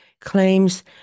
claims